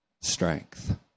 strength